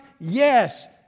yes